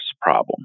problem